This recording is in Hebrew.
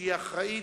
שהיא האחראית,